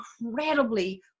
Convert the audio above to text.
incredibly